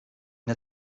der